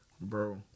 Bro